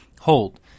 hold